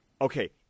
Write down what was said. okay